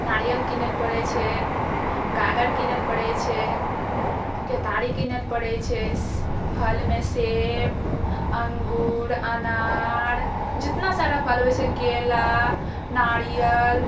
नारियल किनैय लअ पड़ै छै गागर किनेय लअ पड़ै छै केतारि किनैय लअ पड़ै छै फलमे सेब अङ्गूर अनार जितना सारा फल होइ छै केला नारियल